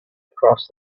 across